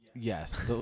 Yes